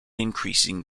increasing